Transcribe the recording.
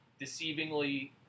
deceivingly